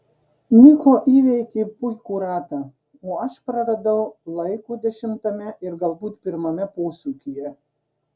niko įveikė puikų ratą o aš praradau laiko dešimtame ir galbūt pirmame posūkyje